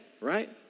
right